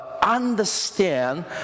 understand